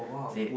they